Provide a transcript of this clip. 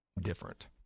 different